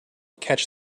catch